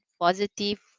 positive